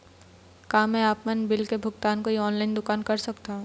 का मैं आपमन बिल के भुगतान कोई ऑनलाइन दुकान कर सकथों?